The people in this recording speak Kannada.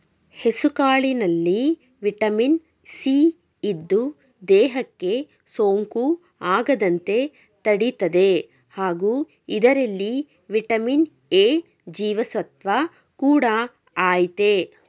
ಹೆಸುಕಾಳಿನಲ್ಲಿ ವಿಟಮಿನ್ ಸಿ ಇದ್ದು, ದೇಹಕ್ಕೆ ಸೋಂಕು ಆಗದಂತೆ ತಡಿತದೆ ಹಾಗೂ ಇದರಲ್ಲಿ ವಿಟಮಿನ್ ಎ ಜೀವಸತ್ವ ಕೂಡ ಆಯ್ತೆ